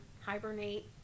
hibernate